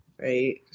right